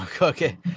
Okay